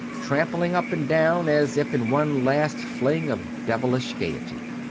trampling up and down, as if in one last fling of devilish gaiety.